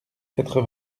quatre